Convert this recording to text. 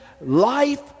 life